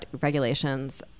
regulations